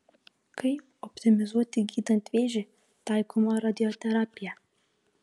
kaip optimizuoti gydant vėžį taikomą radioterapiją